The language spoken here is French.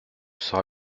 sera